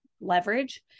leverage